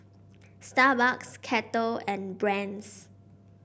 Starbucks Kettle and Brand's